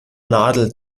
nadel